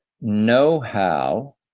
know-how